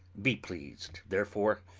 be pleased therefore,